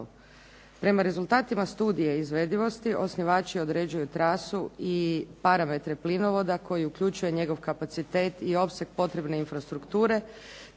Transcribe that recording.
Prema rezultatima studije izvedivosti osnivač određuje trasu i parametre plinovoda koji uključuje njegov kapacitet i opseg potrebne infrastrukture